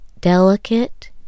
delicate